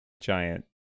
giant